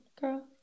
girl